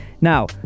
Now